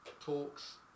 talks